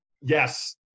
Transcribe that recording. Yes